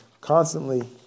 constantly